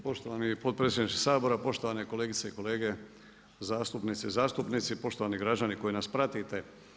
Poštovani potpredsjedniče Sabora, poštovane kolegice i kolege zastupnice i zastupnici, poštovani građani koji nas pratite.